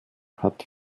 hat